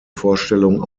vorstellung